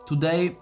Today